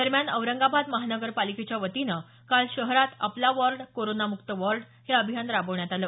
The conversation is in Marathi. दरम्यान औरंगाबाद महानगरपालिकेच्या वतीनं काल शहरात आपला वार्ड कोरोना मुक्त वार्ड हे अभियान राबवण्यात आलं